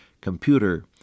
computer